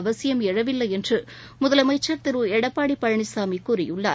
அவசியம் எழவில்லை என்று முதலமைச்சர் திரு எடப்பாடி பழனிசாமி கூறியுள்ளார்